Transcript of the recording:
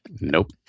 Nope